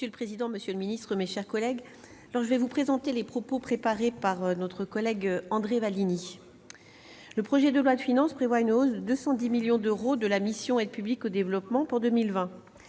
Monsieur le président, monsieur le ministre, mes chers collègues, je vais relayer les propos préparés par André Vallini. Le projet de loi de finances prévoit une hausse de 210 millions d'euros de la mission « Aide publique au développement » pour 2020.